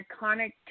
iconic